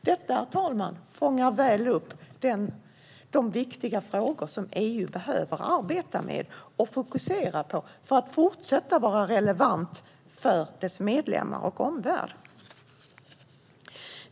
Detta, herr talman, fångar upp de viktiga frågor väl som EU behöver arbeta med och fokusera på för att fortsätta vara relevant för medlemmarna och omvärlden.